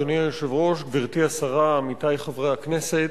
אדוני היושב-ראש, גברתי השרה, עמיתי חברי הכנסת,